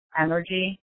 energy